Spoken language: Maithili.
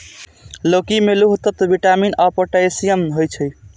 लौकी मे लौह तत्व, विटामिन आ पोटेशियम होइ छै